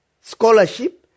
scholarship